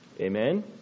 Amen